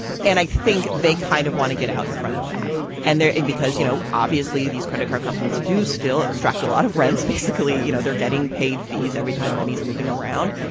and i think they kind of want to get out in front of that and their end because, you know, obviously, these credit card companies do still extract a lot of rent. basically, you know, they're getting paid fees every time money's moving around.